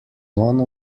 one